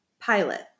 Pilot